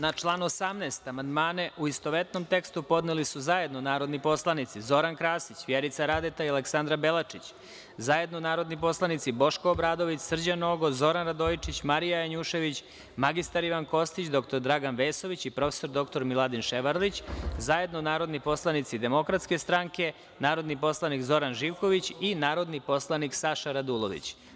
Na član 18. amandmane, u istovetnom tekstu, podneli su zajedno narodni poslanici Zoran Krasić, Vjerica Radeta i Aleksandra Belačić, zajedno narodni poslanici Boško Obradović, Srđan Nogo, Zoran Radojičić, Marija Janjušević, mr Ivan Kostić, dr Dragan Vesović i prof. dr Miladin Ševarlić, zajedno narodni poslanici DS, narodni poslanik Zoran Živković i narodni poslanik Saša Radulović.